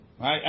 right